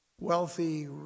wealthy